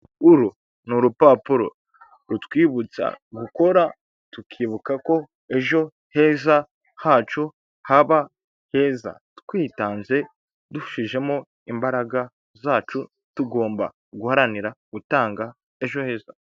Uru ni urupapuro rutwibutsa gukora, tukibuka ko ejo heza hacu haba heza. Twitanze, dushijemo imbaraga zacu, tugomba guharanira gutanga ejo heza.